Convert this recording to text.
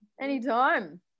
Anytime